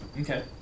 Okay